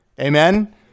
Amen